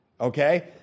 Okay